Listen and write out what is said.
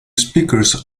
speakers